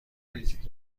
میدی